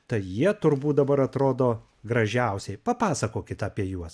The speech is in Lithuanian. tai jie turbūt dabar atrodo gražiausiai papasakokit apie juos